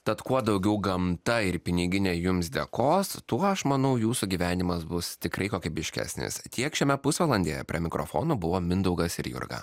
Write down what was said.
tad kuo daugiau gamta ir piniginė jums dėkos tuo aš manau jūsų gyvenimas bus tikrai kokybiškesnis tiek šiame pusvalandyje prie mikrofonų buvo mindaugas ir jurga